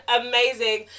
amazing